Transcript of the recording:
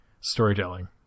storytelling